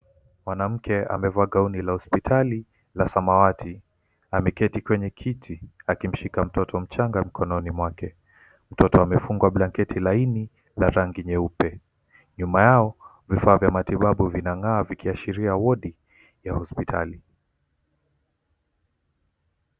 Mwanamke amevaa gauni la hospitali la samawati, ameketi kwenye kiti akimshika mtoto mchanga mikononi mwake. Mtoto amefungwa blanketi laini la rangi nyeupe. Nyuma yao, vifaa vya matibabu vinangaa vikiashiria wadi ya hospitali.